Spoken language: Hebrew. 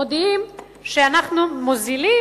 מודיעים שאנחנו מוזילים,